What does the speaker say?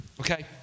okay